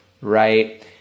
right